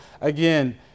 again